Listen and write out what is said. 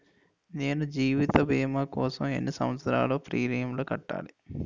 నేను జీవిత భీమా కోసం ఎన్ని సంవత్సారాలు ప్రీమియంలు కట్టాలి?